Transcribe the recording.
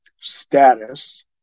status